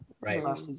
Right